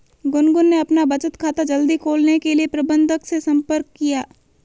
गुनगुन ने अपना बचत खाता जल्दी खोलने के लिए प्रबंधक से संपर्क किया